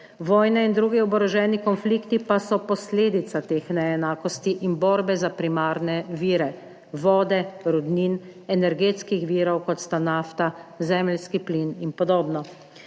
vojne in drugi oboroženi konflikti pa so posledica teh neenakosti in borbe za primarne vire vode, rudnin, energetskih virov, kot sta nafta, zemeljski plin in podobno.